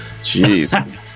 jeez